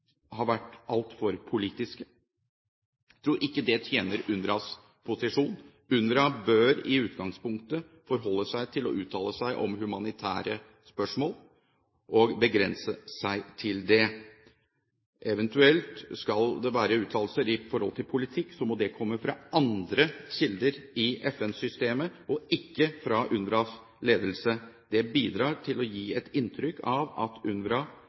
har vært altfor politiske. Jeg tror ikke det tjener UNRWAs posisjon. UNRWA bør i utgangspunktet forholde seg til å uttale seg om humanitære spørsmål og begrense seg til det. Hvis det eventuelt skal være uttalelser om politikk, må det komme fra andre kilder i FN-systemet og ikke fra UNRWAs ledelse. Det bidrar til å gi et inntrykk av at